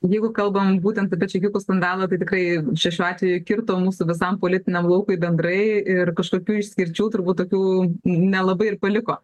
jeigu kalbam būtent apie čekiukų skandalą tai tikrai čia šiuo atveju kirto mūsų visam politiniam laukui bendrai ir kažkokių išskirčių turbūt tokių nelabai ir paliko